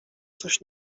coś